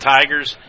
Tigers